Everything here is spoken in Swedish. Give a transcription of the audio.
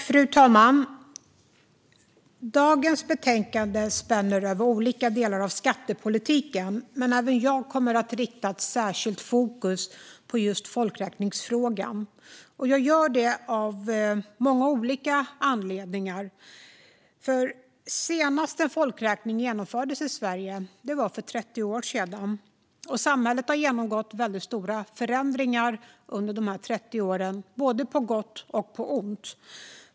Fru talman! Dagens betänkande spänner över olika delar av skattepolitiken, men även jag kommer att rikta särskilt fokus på just folkräkningsfrågan. Jag gör det av många olika anledningar. Senast en folkräkning genomfördes i Sverige var för 30 år sedan. Samhället har genomgått stora förändringar under de 30 åren på både gott och ont.